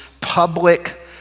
public